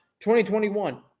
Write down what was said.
2021